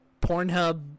Pornhub